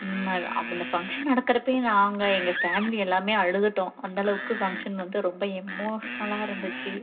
அந்த ஃபங்க்ஷன் நடக்கறப்பயே நாங்கள் எங்கள் ஃபேமிலி எல்லாமே அழுதுவிட்டோம் அந்தளவுக்கு ஃபங்க்ஷன் வந்து ரொம்ப எமோஷ்னலாக இருந்துச்சு